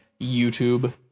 YouTube